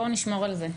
בואו נשמור על זה.